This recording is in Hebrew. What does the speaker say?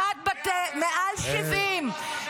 אחת בת מעל 70,